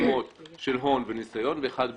עוצמות של הון וניסיון ואחד בלי.